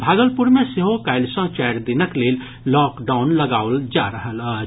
भागलपुर मे सेहो काल्हि सॅ चारि दिनक लेल लॉकडाउन लगाओल जा रहल अछि